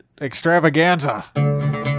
extravaganza